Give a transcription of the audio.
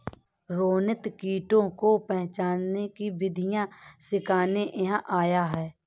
रोनित कीटों को पहचानने की विधियाँ सीखने यहाँ आया है